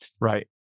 Right